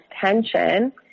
tension